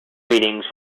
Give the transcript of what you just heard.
meetings